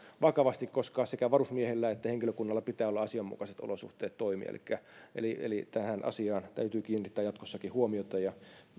vakavasti koska sekä varusmiehillä että henkilökunnalla pitää olla asianmukaiset olosuhteet toimia eli tähän asiaan täytyy kiinnittää jatkossakin huomiota ja